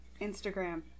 Instagram